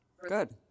Good